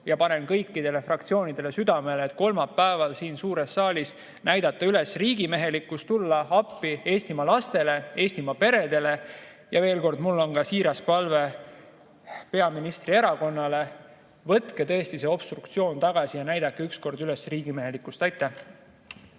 ja panen kõikidele fraktsioonidele südamele kolmapäeval siin suures saalis näidata üles riigimehelikkust, tulla appi Eestimaa lastele, Eestimaa peredele. Ja veel kord, mul on siiras palve ka peaministri erakonnale: võtke see obstruktsioon tagasi ja näidake ükski kord üles riigimehelikkust. Aitäh!